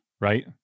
right